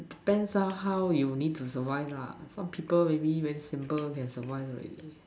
depends on how you need to survive lah some people when me when simple can survive already